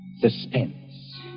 Suspense